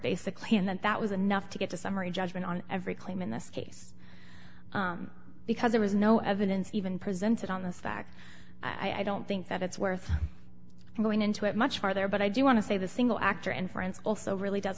basically and that that was enough to get a summary judgment on every claim in this case because there was no evidence even presented on this fact i don't think that it's worth going into it much farther but i do want to say the single actor and friends also really does